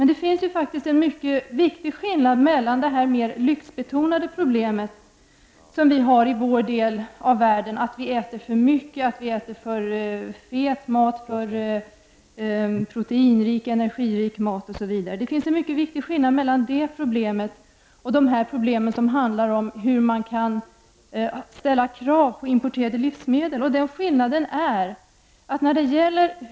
Det finns faktiskt en mycket viktig skillnad mellan de mer lyxbetonade problem som vi har i vår del av världen -- att vi äter för mycket, att vi äter för fet mat, att vi äter för proteinrik och energirik mat -- och problemet hur man kan ställa krav på importerade livsmedel.